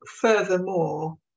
furthermore